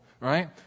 right